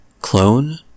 Clone